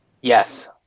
Yes